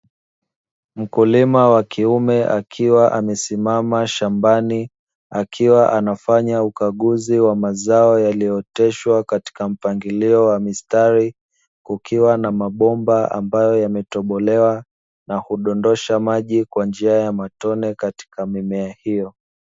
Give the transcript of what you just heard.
Mkulima wa kiume akiwa amesimama shambani, akiwa anafanya ukaguzi wa mazao yaliyooteshwa katika mpangilio wa mistari, kukiwa na mabomba ambayo yametobolewa na hudondosha maji kwa njia ya matone katika mimea hiyo.